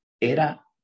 era